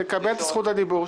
תקבל את זכות הדיבור.